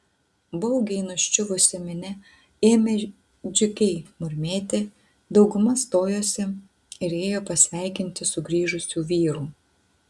baugiai nuščiuvusi minia ėmė džiugiai murmėti dauguma stojosi ir ėjo pasveikinti sugrįžusių vyrų